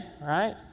right